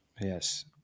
yes